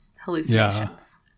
hallucinations